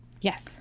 Yes